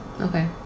Okay